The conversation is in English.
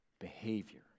behavior